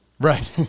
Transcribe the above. Right